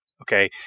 Okay